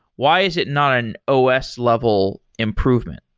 why is it not an os level improvement?